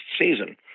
season